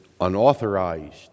unauthorized